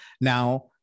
Now